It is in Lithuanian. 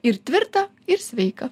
ir tvirta ir sveika